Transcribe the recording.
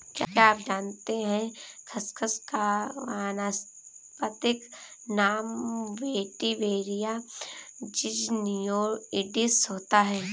क्या आप जानते है खसखस का वानस्पतिक नाम वेटिवेरिया ज़िज़नियोइडिस होता है?